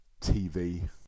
TV